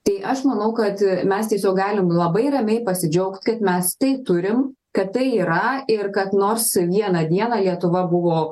tai aš manau kad mes tiesiog galim labai ramiai pasidžiaugt kad mes tai turim kad tai yra ir kad nors vieną dieną lietuva buvo